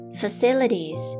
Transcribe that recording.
facilities